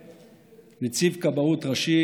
ונציב כבאות ראשי